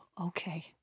okay